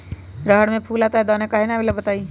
रहर मे फूल आता हैं दने काहे न आबेले बताई?